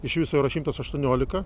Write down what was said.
iš viso yra šimtas aštuoniolika